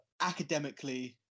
academically